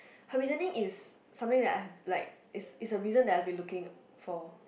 her reasoning is something that I've like it's it's a reason that I have been looking for